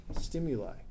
stimuli